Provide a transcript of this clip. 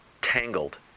tangled